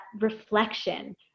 reflection